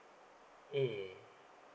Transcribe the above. mm